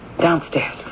Downstairs